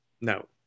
No